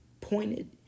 pointed